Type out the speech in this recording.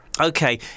Okay